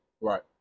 Right